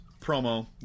promo